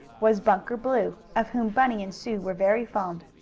was bunker blue, of whom bunny and sue were very fond.